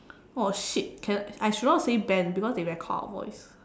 oh shit cannot I should not say Ben because they record our voice